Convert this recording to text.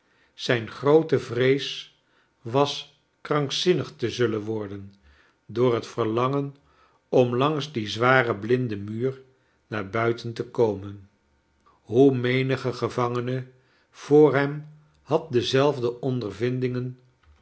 zijn grootste vrees was krankzinnig te zullen worden door het verlangen om langs dien zwaren blinden muur naar buiten te komen hoe nienige gevangene voor hem had dezelfde ondervindingen